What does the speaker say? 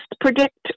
predict